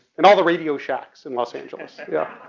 and all the radio shacks in los angeles, yeah.